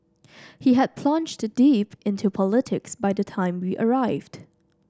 he had plunged deep into politics by the time we arrived